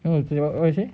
I'm sorry what you say